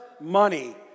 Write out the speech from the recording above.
money